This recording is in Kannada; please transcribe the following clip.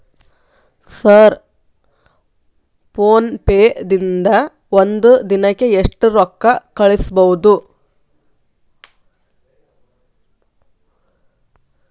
ಸರ್ ಫೋನ್ ಪೇ ದಿಂದ ಒಂದು ದಿನಕ್ಕೆ ಎಷ್ಟು ರೊಕ್ಕಾ ಕಳಿಸಬಹುದು?